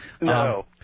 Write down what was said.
No